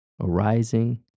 arising